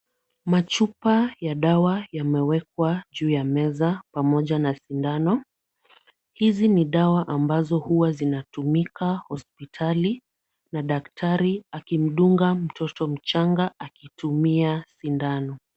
Machupa ya dawa yamewekwa juu ya meza pamoja na sindano. Hizi ni dawa ambazo huwa zinatumika hospitali na daktari akimdunga mtoto mchanga akitumia sindano.